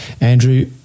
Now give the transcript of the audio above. Andrew